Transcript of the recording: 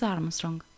Armstrong